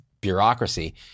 bureaucracy